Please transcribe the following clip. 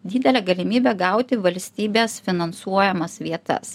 didelė galimybė gauti valstybės finansuojamas vietas